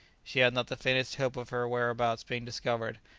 she had not the faintest hope of her whereabouts being discovered,